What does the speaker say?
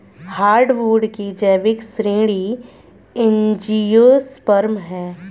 hardwood की जैविक श्रेणी एंजियोस्पर्म है